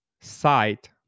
site